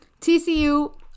TCU